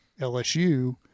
LSU